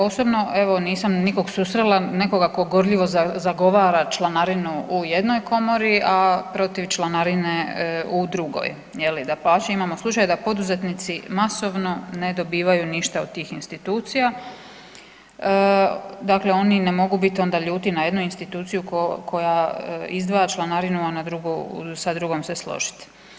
Osobno evo nisam nikog susrela nekoga ko gorljivo zagovara članarinu u jednoj komori, a protiv je članarine u drugoj je li, dapače imamo slučaj da poduzetnici masovno ne dobivaju ništa od tih institucija, dakle oni ne mogu bit onda ljuti na jednu instituciju koja izdvaja članarinu, a na drugu, sa drugom se složit.